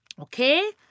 okay